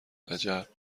عجب